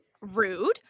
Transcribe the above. rude